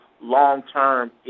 long-term